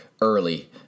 early